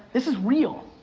this is real.